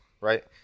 right